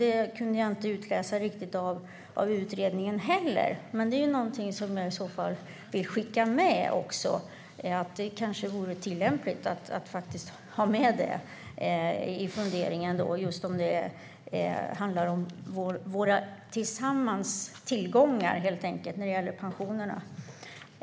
Det kunde jag inte utläsa av utredningen heller. Skicka med frågan om våra gemensamma tillgångar som finns i pensionerna när det gäller fonderingen.